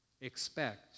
expect